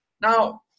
Now